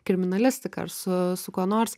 kriminalistika ar su su kuo nors